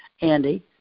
Andy